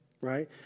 Right